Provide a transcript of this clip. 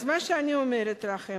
אז מה שאני אומרת לכם,